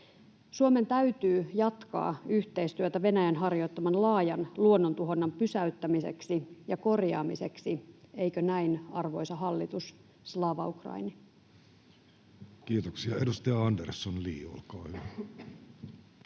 Suomen täytyy jatkaa yhteistyötä Venäjän harjoittaman laajan luonnontuhonnan pysäyttämiseksi ja korjaamiseksi. Eikö näin, arvoisa hallitus? — Slava Ukraini! Kiitoksia. — Edustaja Andersson, Li, olkaa hyvä.